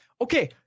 Okay